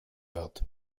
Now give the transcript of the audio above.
wird